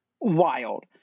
Wild